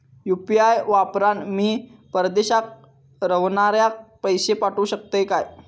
UPI वापरान मी परदेशाक रव्हनाऱ्याक पैशे पाठवु शकतय काय?